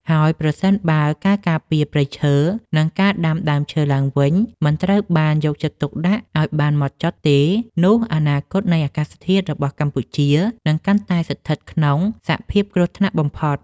ហើយប្រសិនបើការការពារព្រៃឈើ និងការដាំដើមឈើឡើងវិញមិនត្រូវបានយកចិត្តទុកដាក់ឱ្យបានហ្មត់ចត់ទេ នោះអនាគតនៃអាកាសធាតុរបស់កម្ពុជានឹងកាន់តែស្ថិតក្នុងសភាពគ្រោះថ្នាក់បំផុត។